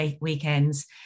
weekends